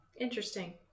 Interesting